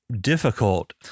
difficult